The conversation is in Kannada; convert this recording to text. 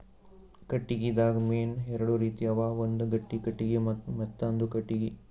ಕಟ್ಟಿಗಿದಾಗ್ ಮೇನ್ ಎರಡು ರೀತಿ ಅವ ಒಂದ್ ಗಟ್ಟಿ ಕಟ್ಟಿಗಿ ಮತ್ತ್ ಮೆತ್ತಾಂದು ಕಟ್ಟಿಗಿ